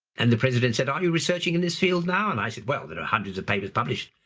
and the president said are you researching in this field now? and i said well there are hundreds of papers published.